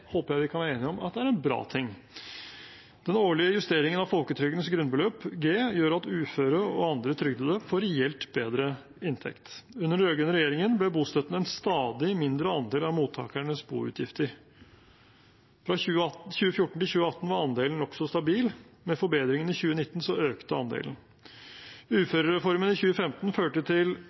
håper jeg vi kan være enige om er en bra ting. Den årlige justeringen av folketrygdens grunnbeløp, G, gjør at uføre og andre trygdede får reelt bedre inntekt. Under den rød-grønne regjeringen ble bostøtten en stadig mindre andel av mottakernes boutgifter. Fra 2014 til 2018 var andelen nokså stabil. Med forbedringene i 2019 økte andelen. Uførereformen i 2015 førte til